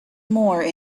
more